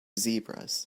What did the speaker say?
zebras